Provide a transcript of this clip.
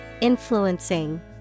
influencing